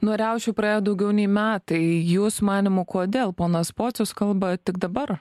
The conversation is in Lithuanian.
nuo riaušių praėjo daugiau nei metai jūsų manymu kodėl ponas pocius kalba tik dabar